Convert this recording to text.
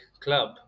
Club